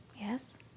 Yes